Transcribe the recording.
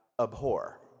abhor